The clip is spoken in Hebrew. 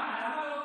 למה?